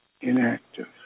inactive